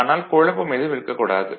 ஆனால் குழப்பம் ஏதும் இருக்கக் கூடாது